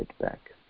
back